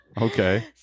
Okay